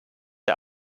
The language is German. der